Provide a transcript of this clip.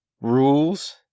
-"Rules